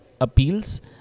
appeals